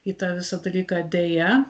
į tą visą dalyką deja